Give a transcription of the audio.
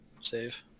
save